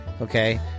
Okay